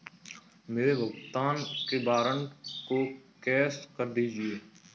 मेरे भुगतान के वारंट को कैश कर दीजिए